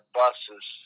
buses